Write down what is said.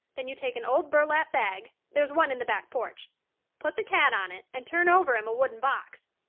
then you take an old burlap bag there's one in the back porch put the cat on it and turn over him a wooden box.